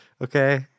Okay